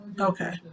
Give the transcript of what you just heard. Okay